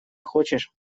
хочешь